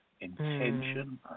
intention